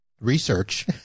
research